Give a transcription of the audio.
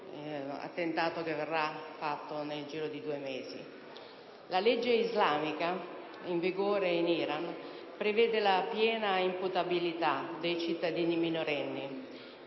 La legge islamica in vigore in Iran prevede la piena imputabilità dei cittadini minorenni: